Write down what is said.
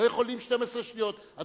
לא יכולים 12 שניות,